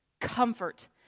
Comfort